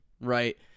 right